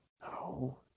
No